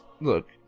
Look